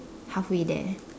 halfway there